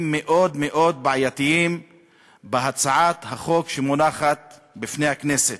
מאוד מאוד בעייתיים בהצעת החוק שמונחת בפני הכנסת.